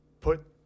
put